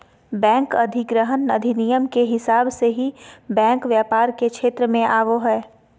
bank अधिग्रहण अधिनियम के हिसाब से ही बैंक व्यापार के क्षेत्र मे आवो हय